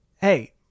Hey